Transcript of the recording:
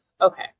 Okay